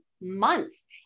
months